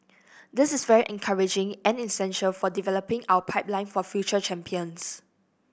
this is very encouraging and essential for developing our pipeline of future champions